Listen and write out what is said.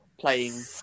playing